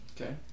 Okay